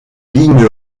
ligne